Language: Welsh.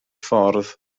ffordd